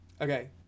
Okay